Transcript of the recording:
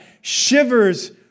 shivers